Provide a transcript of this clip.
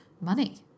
money